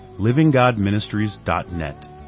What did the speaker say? livinggodministries.net